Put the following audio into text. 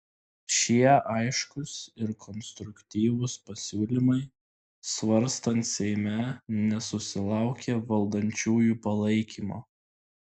šie aiškūs ir konstruktyvūs pasiūlymai svarstant seime nesusilaukė valdančiųjų palaikymo